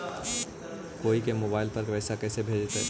कोई के मोबाईल पर पैसा कैसे भेजइतै?